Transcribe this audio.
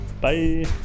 Bye